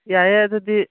ꯌꯥꯏꯌꯦ ꯑꯗꯨꯗꯤ